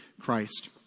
Christ